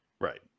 Right